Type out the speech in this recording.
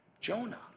Jonah